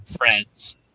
Friends